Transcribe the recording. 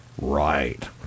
Right